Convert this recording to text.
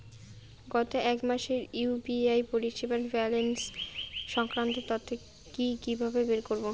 গত এক মাসের ইউ.পি.আই পরিষেবার ব্যালান্স সংক্রান্ত তথ্য কি কিভাবে বের করব?